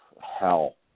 hell